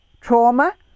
trauma